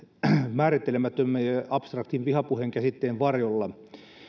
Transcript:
määrittelemättömän ja ja abstraktin vihapuheen käsitteen varjolla